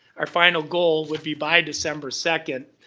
our final goal would be by december second,